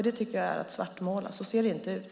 Det tycker jag är att svartmåla. Så ser det inte ut.